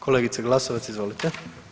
Kolegice Glasovac, izvolite.